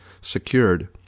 secured